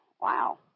Wow